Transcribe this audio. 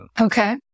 Okay